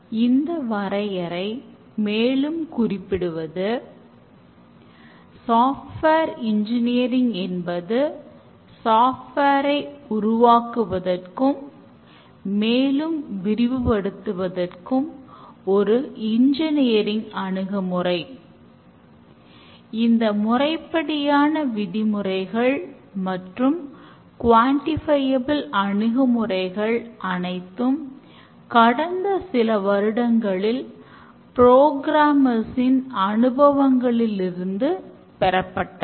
இந்த வரையறை மேலும் குறிப்பிடுவது சாஃப்ட்வேர் இன்ஜினியரிங் ன் அனுபவங்களிலிருந்து பெறப்பட்டவை